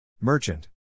Merchant